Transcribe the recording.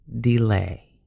delay